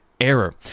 error